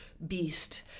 beast